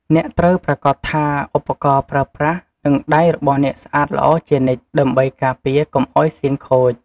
អ្នកត្រូវប្រាកដថាឧបករណ៍ប្រើប្រាស់ និងដៃរបស់អ្នកស្អាតល្អជានិច្ច ដើម្បីការពារកុំឱ្យសៀងខូច។